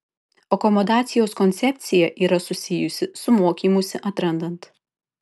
akomodacijos koncepcija yra susijusi su mokymusi atrandant